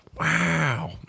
Wow